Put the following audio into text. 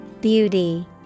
Beauty